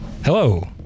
Hello